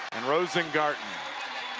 and rosengarten.